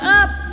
up